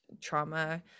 trauma